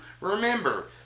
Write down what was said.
remember